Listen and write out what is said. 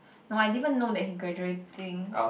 no I even know that he graduating